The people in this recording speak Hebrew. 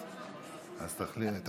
אז תחליטו.